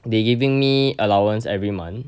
they giving me allowance every month